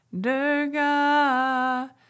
Durga